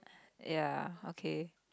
ya okay